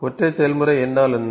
ஒற்றை செயல்முறை என்றால் என்ன